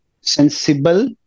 sensible